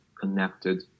connected